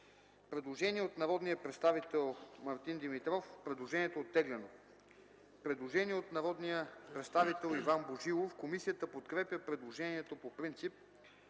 Предложение от народния представител Мартин Димитров. Предложението е оттеглено. Предложение от народния представител Иван Божилов. Комисията подкрепя предложението по принцип.